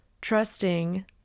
trusting